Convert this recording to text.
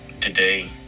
today